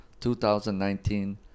2019